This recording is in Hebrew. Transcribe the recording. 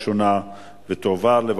(תיקון מס' 10) (רשימת מועמדים משותפת),